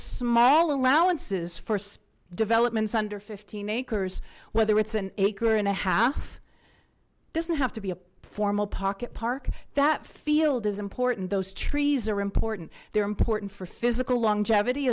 small allowances for development under fifteen acres whether it's an acre and a half doesn't have to be a formal pocket park that field is important those trees are important they're important for physical long